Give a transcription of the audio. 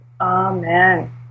Amen